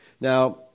Now